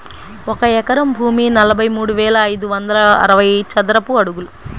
ఒక ఎకరం భూమి నలభై మూడు వేల ఐదు వందల అరవై చదరపు అడుగులు